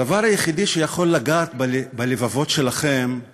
הדבר היחידי שיכול לגעת בלבבות שלכם הוא